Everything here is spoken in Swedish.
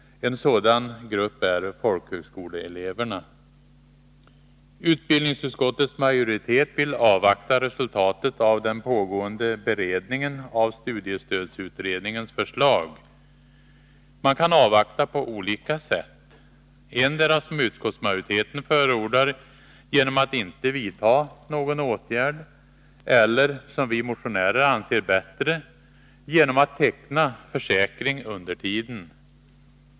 En sådan grupp är folkhögskoleeleverna. Utbildningsutskottets majoritet vill avvakta resultatet av den pågående beredningen av studiestödsutredningens förslag. Man kan avvakta på olika sätt — endera, vilket utskottsmajoriteten förordar, genom att inte vidta någon åtgärd eller också, vilket vi motionärer anser bättre, genom att teckna försäkring under tiden.